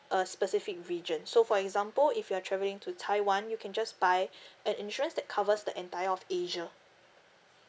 a specific region so for example if you are travelling to taiwan you can just buy an insurance that covers the entire of asia